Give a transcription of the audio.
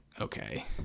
okay